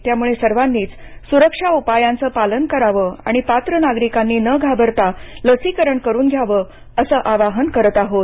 त्यामुळे सर्वांनीच सुरक्षा उपायांचं पालन करावं आणि पात्र नागरिकांनी न घाबरता लसीकरण करून घ्यावं असं आवाहन करत आहोत